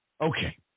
Okay